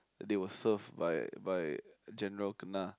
they were serve by by general kena